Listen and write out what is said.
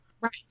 Right